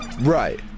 Right